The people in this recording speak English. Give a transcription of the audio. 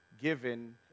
given